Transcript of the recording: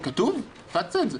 כתוב, הפצת את זה.